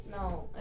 No